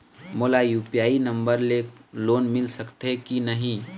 मोला UPI number ले loan मिल सकथे कि नहीं?